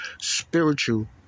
Spiritual